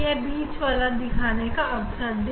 मुझे यह बीच वाला दिखाने का अवसर दें